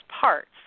parts